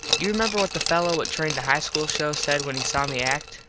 you remember what the fello what trained the high school show said when he saw me act.